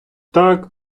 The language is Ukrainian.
так